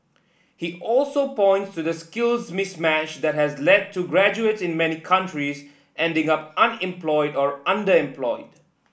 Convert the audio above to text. he also points to the skills mismatch that has led to graduates in many countries ending up unemployed or underemployed